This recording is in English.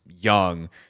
young